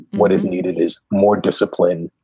what is needed is more discipline,